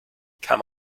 come